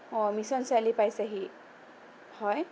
অ' Mission Chariali পাইছেহি হয়